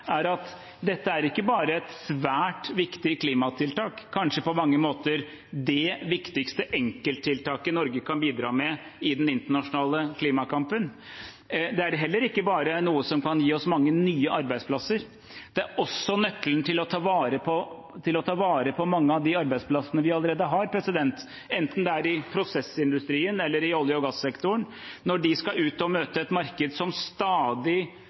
er at dette er ikke bare et svært viktig klimatiltak – kanskje på mange måter det viktigste enkelttiltaket Norge kan bidra med i den internasjonale klimakampen. Det er heller ikke bare noe som kan gi oss mange nye arbeidsplasser. Det er også nøkkelen til å ta vare på mange av de arbeidsplassene vi allerede har – enten det er i prosessindustrien eller i olje- og gassektoren – når de skal ut og møte et marked som stadig